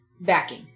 backing